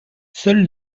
seuls